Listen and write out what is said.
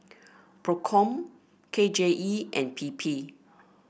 Procom K J E and P P